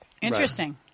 Interesting